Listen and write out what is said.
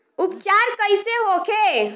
उपचार कईसे होखे?